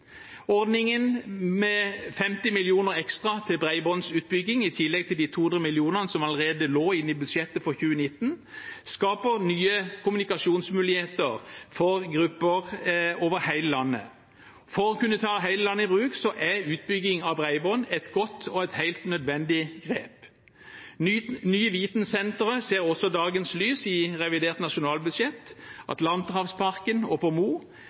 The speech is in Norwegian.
Ordningen med 50 mill. kr ekstra til bredbåndsutbygging i tillegg til de 200 mill. kr som allerede lå i budsjettet for 2019, skaper nye kommunikasjonsmuligheter for grupper over hele landet. For å kunne ta hele landet i bruk er utbygging av bredbånd et godt og helt nødvendig grep. Nye vitensentre ser også dagens lys i revidert nasjonalbudsjett, i Atlanterhavsparken og på Mo.